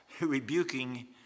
rebuking